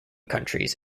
countries